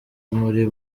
muri